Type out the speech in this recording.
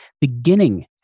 beginning